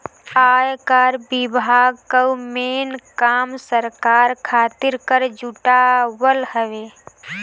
आयकर विभाग कअ मेन काम सरकार खातिर कर जुटावल हवे